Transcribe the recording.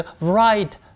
right